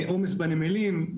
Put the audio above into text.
עומס בנמלים,